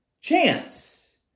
chance